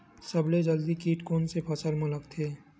सबले जल्दी कीट कोन से फसल मा लगथे?